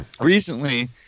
recently